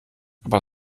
aber